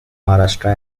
maharashtra